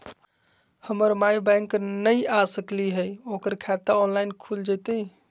हमर माई बैंक नई आ सकली हई, ओकर खाता ऑनलाइन खुल जयतई?